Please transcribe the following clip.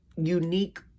unique